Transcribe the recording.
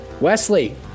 Wesley